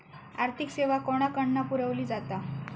आर्थिक सेवा कोणाकडन पुरविली जाता?